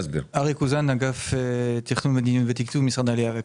מאגף התקציבים במשרד האוצר.